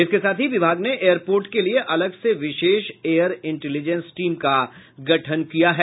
इसके साथ ही विभाग ने एयरपोर्ट के लिए अलग से विशेष एयर इंटेलिजेंस टीम का गठन किया है